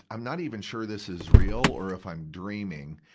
i'm not even sure this is real or if i'm dreaming.